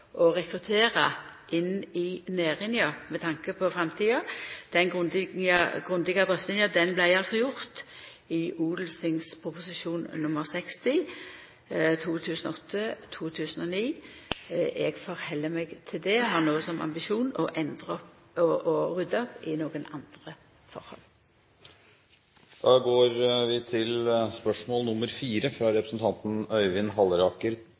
å rekruttera inn i næringa med tanke på framtida, vart altså gjord i Ot.prp. nr. 60. Eg held meg til det og har no som ambisjon å rydda opp i nokre andre